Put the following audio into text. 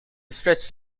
stretched